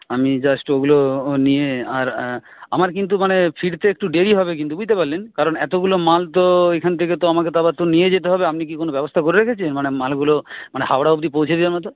আমি জাস্ট ওইগুলো নিয়ে আর আমার কিন্তু মানে ফিরতে একটু দেরি হবে কিন্তু বুঝতে পারলেন কারণ এতগুলো মাল তো এইখান থেকে তো আমাকে তো আবার তো নিয়ে যেতে হবে আপনি কি কোনো ব্যবস্থা করে রেখেছেন মানে মালগুলো মানে হাওড়া অবধি পৌঁছে দেওয়ার মত